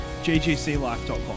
ggclife.com